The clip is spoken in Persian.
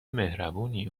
مهربونی